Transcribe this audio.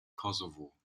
kosovo